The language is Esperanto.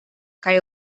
kaj